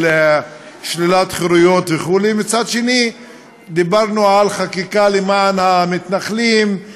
שלילת חירויות וכו'; מצד שני דיברנו על חקיקה למען המתנחלים,